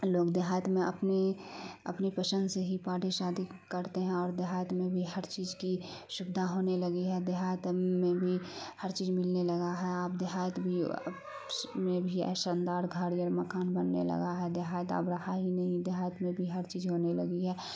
لوگ دیہات میں اپنی اپنی پسند سے ہی پارٹی شادی کرتے ہیں اور دیہات میں بھی ہر چیز کی سویدھا ہونے لگی ہے دیہات میں بھی ہر چیز ملنے لگا ہے آپ دیہات بھی میں بھی اے شاندار گھر یا مکان بننے لگا ہے دیہات اب رہا ہی نہیں دیہات میں بھی ہر چیز ہونے لگی ہے